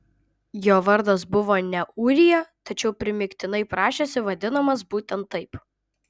jo vardas buvo ne ūrija tačiau primygtinai prašėsi vadinamas būtent taip